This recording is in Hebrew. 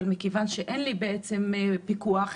אבל אין לי פיקוח,